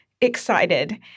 excited